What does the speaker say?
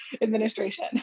administration